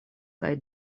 kaj